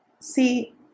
see